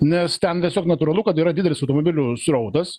nes ten tiesiog natūralu kad yra didelis automobilių srautas